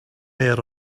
there